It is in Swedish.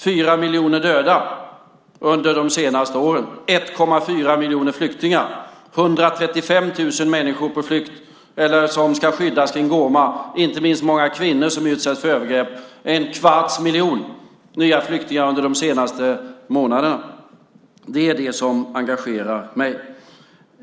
Fyra miljoner döda under de senaste åren, 1,4 miljoner flyktingar, 135 000 människor på flykt eller i behov av skydd kring Goma, inte minst många kvinnor som utsätts för övergrepp, en kvarts miljon nya flyktingar under de senaste månaderna - det är det som engagerar mig.